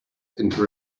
into